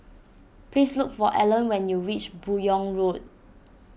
please look for Alan when you reach Buyong Road